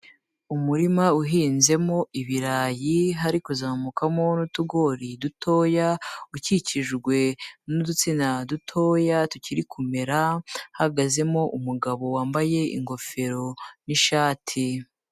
Umurima uhinzemo ibirayi hari kuzamukamo n'utugori dutoya, ukikijwe n'udutsina dutoya tukiri kumera hahagazemo umugabo wambaye ingofero n'ishati.